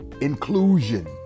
inclusion